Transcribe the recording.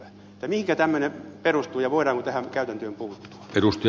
mihinkä tämmöinen perustuu ja voidaanko tähän käytäntöön puuttua